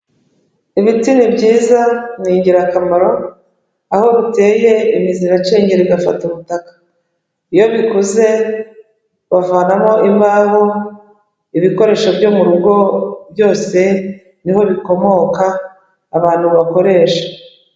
Ibiti ni byiza ni ingirakamaro, aho biteye imizi iracengera igafata ubutaka. Iyo bikuze bavanamo imbaho, ibikoresho byo mu rugo byose ni ho bikomoka abantu bakoresha.